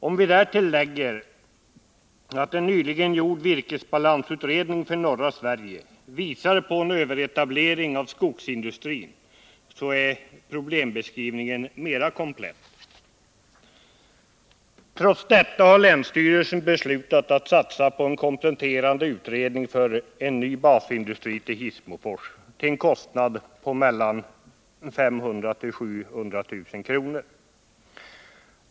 | Om vi därtill lägger att en nyligen gjord virkesbalansutredning för norra Sverige visar på en överetablering inom skogsindustrin, så är problembe Trots detta har länsstyrelsen beslutat att satsa på en kompletterande utredning för en ny basindustri i Hissmofors, till en kostnad på mellan 500 000 och 700 000 kr.